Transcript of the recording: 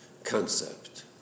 concept